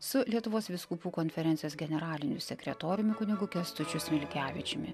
su lietuvos vyskupų konferencijos generaliniu sekretoriumi kunigu kęstučiu smilgevičiumi